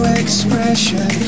expression